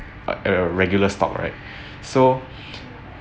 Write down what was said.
a uh regular stock right so